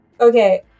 Okay